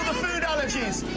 food allergy? you